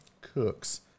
Cooks